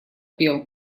пел